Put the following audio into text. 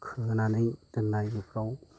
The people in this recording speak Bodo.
खोहोनानै दोननाय बेफ्राव